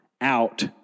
out